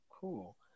cool